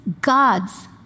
God's